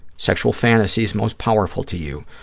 sexual fantasies most powerful to you.